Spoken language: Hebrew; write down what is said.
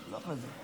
אין מתנגדים.